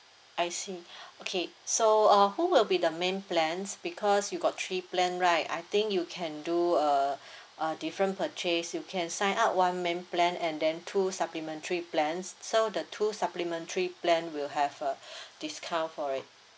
I see okay so uh who will be the main plan because you got three plan right I think you can do a a different purchase you can sign up one man plan and then two supplementary plans so the two supplementary plan will have a discount for it